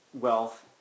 wealth